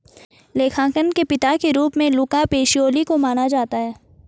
लेखांकन के पिता के रूप में लुका पैसिओली को माना जाता है